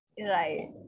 right